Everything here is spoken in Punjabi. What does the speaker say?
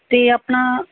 ਅਤੇ ਆਪਣਾ